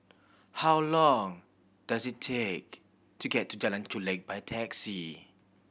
how long does it take to get to Jalan Chulek by taxi